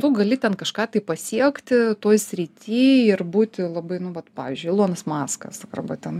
tu gali ten kažką tai pasiekti toj srity ir būti labai nu vat pavyzdžiui elonas maskas arba ten